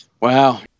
Wow